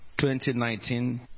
2019